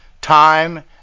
time